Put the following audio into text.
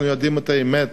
אנחנו יודעים את האמת,